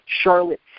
Charlotte